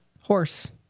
horse